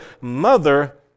mother